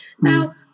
Now